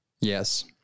Yes